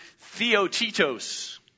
theotitos